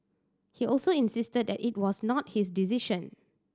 he also insisted that it was not his decision